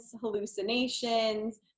hallucinations